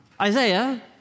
Isaiah